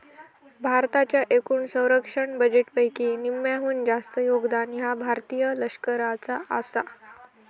भारताच्या एकूण संरक्षण बजेटपैकी निम्म्याहून जास्त योगदान ह्या भारतीय लष्कराचा आसा